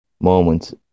moments